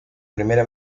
primera